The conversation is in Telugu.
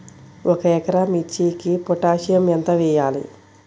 ఒక ఎకరా మిర్చీకి పొటాషియం ఎంత వెయ్యాలి?